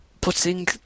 putting